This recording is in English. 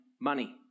Money